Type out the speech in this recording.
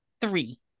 three